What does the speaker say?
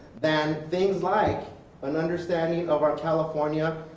then things like an understanding of our california